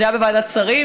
זה היה בוועדת שרים,